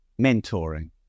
Mentoring